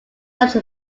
such